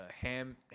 ham